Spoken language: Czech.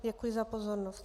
Děkuji za pozornost.